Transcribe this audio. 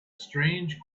strange